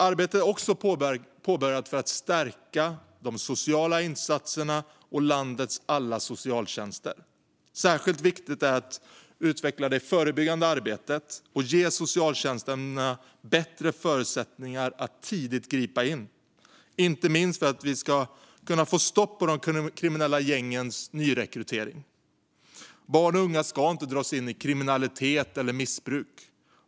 Arbetet är också påbörjat med att stärka de sociala insatserna och landets alla socialtjänster. Särskilt viktigt är att utveckla det förebyggande arbetet och ge socialtjänsten bättre förutsättningar att tidigt gripa in, inte minst för att vi ska kunna få stopp på de kriminella gängens nyrekrytering. Barn och unga ska inte dras in i kriminalitet eller missbruk.